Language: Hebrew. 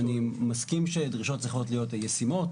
אני מסכים שדרישות צריכות להיות ישימות